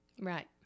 Right